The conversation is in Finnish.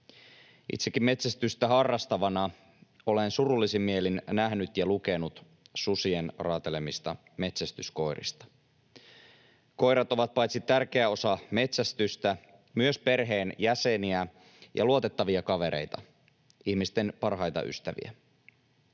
Itsekin metsästystä harrastavana olen surullisin mielin nähnyt susien raatelemia metsästyskoiria ja lukenut niistä. Koirat ovat paitsi tärkeä osa metsästystä myös perheenjäseniä ja luotettavia kavereita, ihmisten parhaita ystäviä.